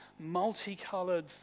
multicolored